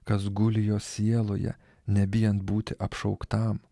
kas guli jo sieloje nebijant būti apšauktam